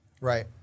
Right